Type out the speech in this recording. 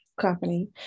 company